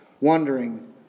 wondering